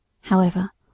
However